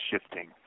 shifting